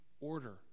order